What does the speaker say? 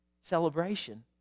celebration